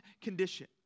condition